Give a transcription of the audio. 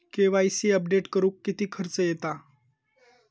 KYC update करुक किती खर्च येता?